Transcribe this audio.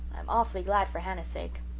i'm awfully glad for hannah's sake.